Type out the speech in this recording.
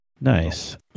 Nice